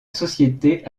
société